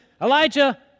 Elijah